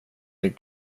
det